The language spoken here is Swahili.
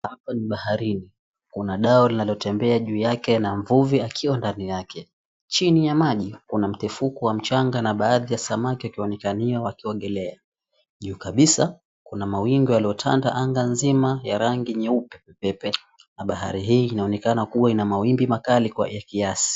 Hapa ni baharini. Kuna dau linalotembea juu yake na mvuvi akiwa ndani yake. Chini ya maji kuna mtefuko wa mchanga na baadhi ya samaki wakionekania wakiogelea. Juu kabisa kuna mawingu yaliyotanda anga nzima ya rangi nyeupe pepepe na bahari hii inaonekana kuwa ina mawimbi makali kwa kiasi.